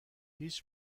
هیچ